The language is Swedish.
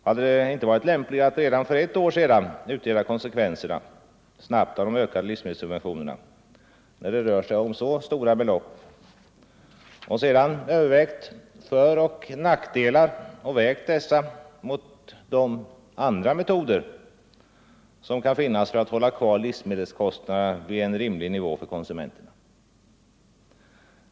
Hade det inte varit lämpligare att redan för ett år sedan snabbt utreda konsekvenserna av de ökade livsmedelssubventionerna, när det rör sig om så stora belopp, och sedan överväga deras föroch nackdelar, också mot bakgrunden av andra metoder att hålla kvar livsmedelskostnaderna vid rimlig nivå för konsumenterna?